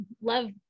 Love